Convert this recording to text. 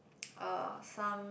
uh some